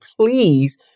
please